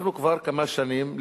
אנחנו כבר כמה שנים,